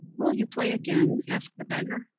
will you play again? asked the beggar.